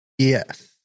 Yes